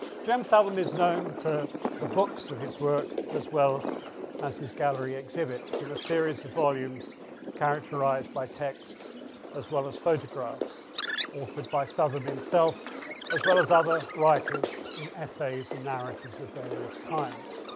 jem southam is known for the books of his work as well as his gallery exhibits in a series of volumes characterized by texts as well as photographs authored by southam himself as well as other writers in essays and narratives of various kinds.